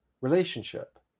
relationship